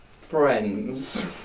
Friends